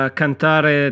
cantare